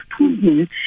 Putin